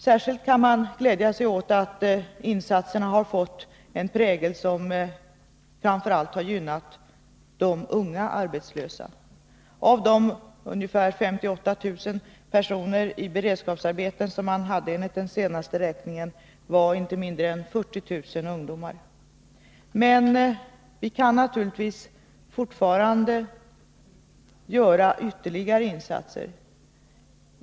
Särskilt kan man glädja sig åt att insatserna har fått en prägel som har gynnat framför allt de unga arbetslösa. Av de ungefär 58 000 personer i beredskapsarbete som man hade enligt den senaste räkningen var inte mindre än 40000 ungdomar. Men vi kan naturligtvis fortfarande göra ytterligare insatser.